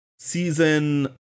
Season